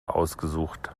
ausgesucht